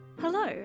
Hello